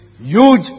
huge